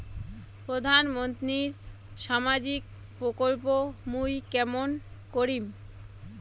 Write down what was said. প্রধান মন্ত্রীর সামাজিক প্রকল্প মুই কেমন করিম?